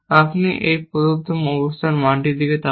আপনি একটি প্রদত্ত অবস্থায় মান তাকান